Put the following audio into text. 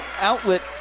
Outlet